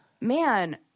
man